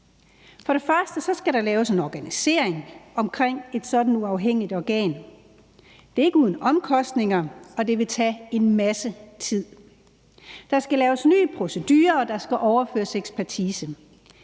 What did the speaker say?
For det første skal der laves en organisering omkring et sådant uafhængigt organ. Det er ikke uden omkostninger, og det vil tage en masse tid. Der skal laves nye procedurer, og ekspertisen skal overføres. Det er